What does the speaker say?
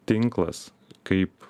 tinklas kaip